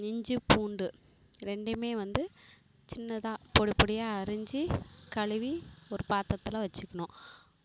இஞ்சி பூண்டு ரெண்டையுமே வந்து சின்னதாக பொடிப்பொடியா அரிஞ்சி கழுவி ஒரு பாத்தரத்தில் வச்சிக்கணும்